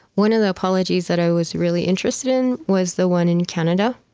one of the apologies that i was really interested in was the one in canada